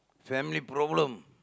family problem